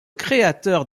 créateur